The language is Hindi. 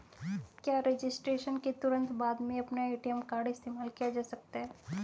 क्या रजिस्ट्रेशन के तुरंत बाद में अपना ए.टी.एम कार्ड इस्तेमाल किया जा सकता है?